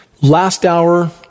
last-hour